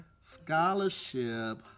scholarship